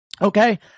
Okay